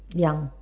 young